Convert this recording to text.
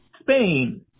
Spain